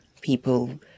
people